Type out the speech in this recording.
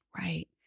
Right